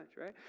right